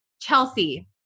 Chelsea